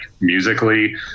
musically